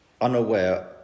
unaware